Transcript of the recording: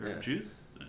Juice